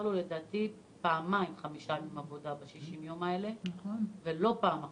מותר לו פעמיים חמישה ימים ב-60 הימים האלה ולא פעם אחת.